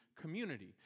community